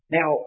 Now